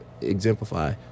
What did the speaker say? exemplify